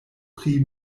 pri